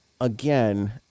Again